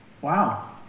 Wow